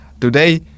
Today